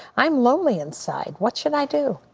i'm lonely inside. what should i do?